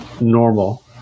normal